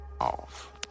off